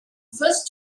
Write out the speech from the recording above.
first